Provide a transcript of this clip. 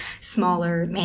smaller